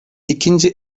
i̇kinci